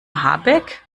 habeck